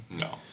No